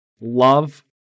love